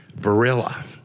Barilla